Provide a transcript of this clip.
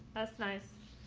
that's nice.